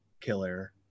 killer